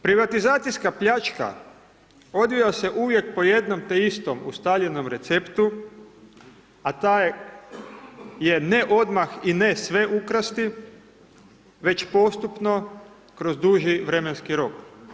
Privatizacijska pljačka odvija se uvijek po jednom te istom ustaljenom receptu, a taj je Ne odmah, i ne sve ukrasti, već postupno kroz duži vremenski rok.